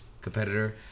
competitor